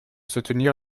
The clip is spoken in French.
soutenir